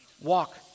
Walk